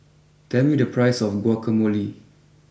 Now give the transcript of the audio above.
tell me the price of Guacamole